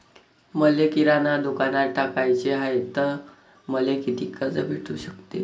मले किराणा दुकानात टाकाचे हाय तर मले कितीक कर्ज भेटू सकते?